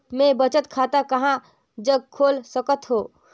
मैं बचत खाता कहां जग खोल सकत हों?